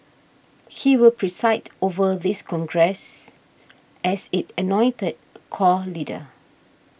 he will preside over this Congress as its anointed core leader